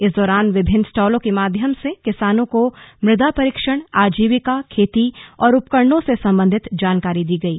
इस दौरान विभिन्न स्टॉलों के माध्यम से किसानों को मुदा परीक्षण आजीविका खेती और उपकरणों से संबंधित जानकारी दी गई